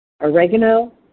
oregano